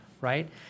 right